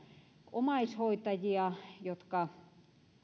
omaishoitajia jotka